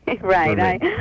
right